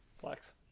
Flex